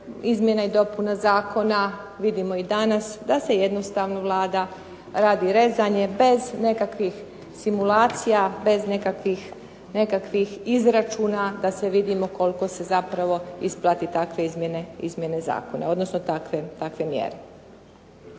izmjena i dopuna zakona vidimo i danas da jednostavno Vlada radi rezanje bez nekakvih simulacija, bez nekakvih izračuna da vidimo koliko se zapravo isplate takve izmjene zakona, odnosno takve mjere.